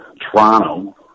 Toronto